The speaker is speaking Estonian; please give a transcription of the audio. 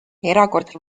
erakordse